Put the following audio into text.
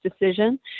decision